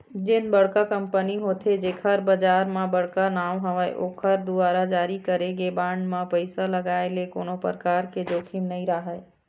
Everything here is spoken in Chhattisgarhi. जेन बड़का कंपनी होथे जेखर बजार म बड़का नांव हवय ओखर दुवारा जारी करे गे बांड म पइसा लगाय ले कोनो परकार के जोखिम नइ राहय